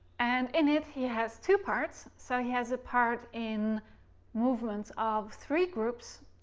and in it he has two parts. so he has a part in movements of three groups.